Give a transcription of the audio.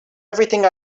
everything